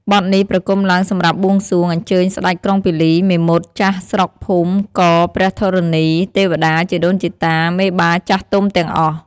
បទនេះប្រគំឡើងសម្រាប់បួងសួង អញ្ចើញស្ដេចក្រុងពាលី មេមត់ ចាស់ស្រុកភូមិករព្រះធរណី ទេវតា ជីដូនជីតា មេបាចាស់ទុំទាំងអស់។